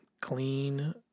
clean